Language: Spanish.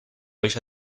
ella